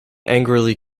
angrily